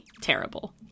terrible